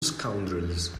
scoundrels